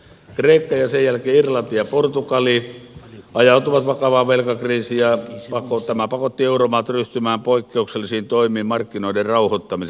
kreikka ja sen jälkeen irlanti ja portugali ajautuivat vakavaan velkakriisiin ja tämä pakotti euromaat ryhtymään poikkeuksellisiin toimiin markkinoiden rauhoittamiseksi